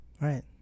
Right